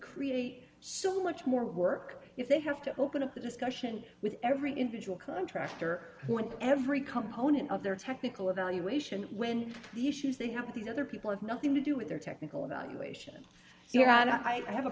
create so much more work if they have to open up the discussion with every individual contractor when every component of their technical evaluation when the issues they have these other people have nothing to do with their technical evaluation here and i have a